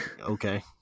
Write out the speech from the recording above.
Okay